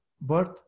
birth